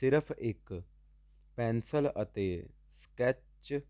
ਸਿਰਫ਼ ਇੱਕ ਪੈਨਸਲ ਅਤੇ ਸਕੈਚ